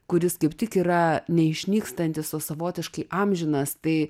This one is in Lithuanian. kuris kaip tik yra neišnykstantis o savotiškai amžinas tai